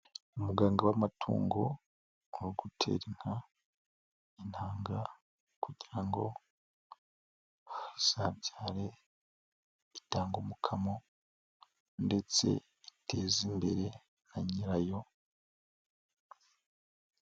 Umuganga w'amatungo akaba ari gutera inka intanga kugira ngo izabyare itange umukamo ndetse iteza imbere nka nyirayo.